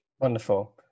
wonderful